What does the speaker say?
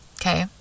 okay